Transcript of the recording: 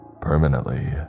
Permanently